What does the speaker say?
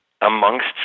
amongst